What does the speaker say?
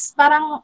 parang